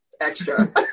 extra